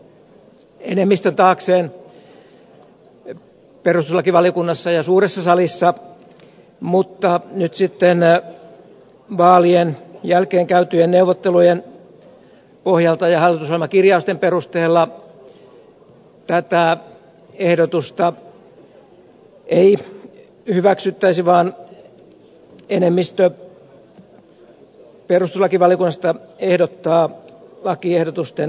se sai tuolloin enemmistön taakseen perustuslakivaliokunnassa ja suuressa salissa mutta nyt sitten vaalien jälkeen käytyjen neuvottelujen pohjalta ja hallitusohjelmakirjausten perusteella tätä ehdotusta ei hyväksyttäisi vaan enemmistö perustuslakivaliokunnasta ehdottaa lakiehdotusten hylkäämistä